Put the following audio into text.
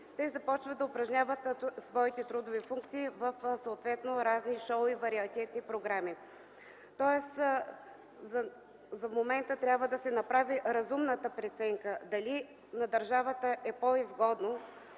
започват да упражняват своите трудови функции в шоу и вариететни програми. Следователно за момента трябва да се направи разумната преценка: дали на държавата е по-изгодно